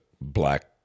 black